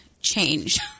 change